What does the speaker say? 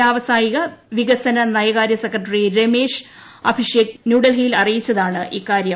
വ്യാവസായിക വികസന നയകാര്യ സെക്രട്ടറി രമേശ് അഭിഷേക് ന്യൂഡൽഹിയിൽ അറിയിച്ചതാണ് ഇക്കാര്യം